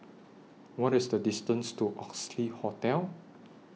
What IS The distance to Oxley Hotel